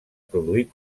produir